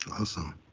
Awesome